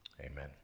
Amen